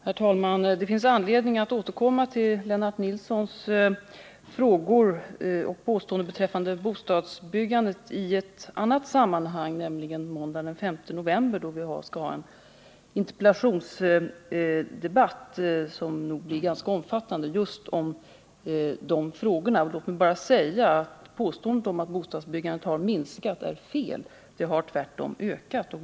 Herr talman! Det finns anledning att återkomma till Lennart Nilssons frågor och påståenden beträffande bostadsbyggandet i ett annat sammanhang, nämligen måndagen den 5 november, då vi skall ha en ganska omfattande interpellationsdebatt just om de frågorna. Låt mig bara säga att påståendet om att bostadsbyggandet har minskat är fel. Det har tvärtom ökat.